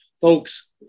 folks